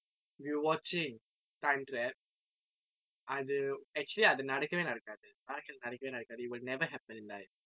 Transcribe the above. we were watching time trap அது:athu actually அது நடக்கவே நடக்காது வாழ்க்கையிலே நடக்கவே நடக்காது:athu nadakkave nadakkaathu valkkyile nadakkave nadakkaathu it would never happen in life